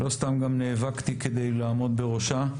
לא סתם גם נאבקתי כדי לעמוד בראשה.